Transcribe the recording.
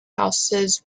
houses